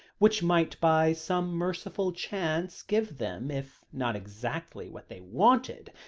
which might by some merciful chance give them, if not exactly what they wanted,